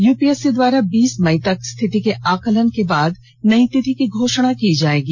UPSC द्वारा बीस मई तक स्थिति के आकलन के बाद नई तिथि की घोषणा की जाएगी